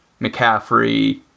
McCaffrey